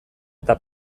eta